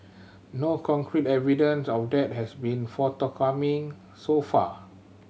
no concrete evidence of that has been forthcoming so far